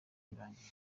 birangiye